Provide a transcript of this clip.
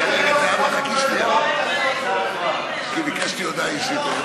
אני מתחילה הצבעה על הצעת החוק של חבר הכנסת רוזנטל.